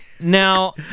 Now